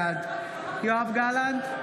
בעד יואב גלנט,